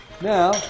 Now